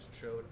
showed